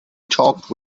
talked